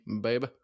babe